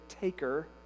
taker